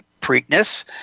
Preakness